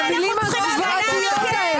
למילים הזוועתיות האלה.